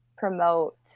promote